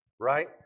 Right